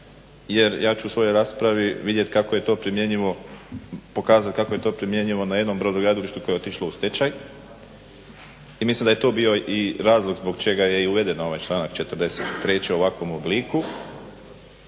jer ja ću u svojoj raspravi pokazat kako je to primjenjivom na jednom brodogradilištu koje otišlo u stečaj. I mislim da je to bio i razloga zbog čega je i uveden ovaj članak 43.u ovakvom obliku.